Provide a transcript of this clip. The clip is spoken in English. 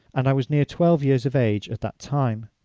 and i was near twelve years of age at that time.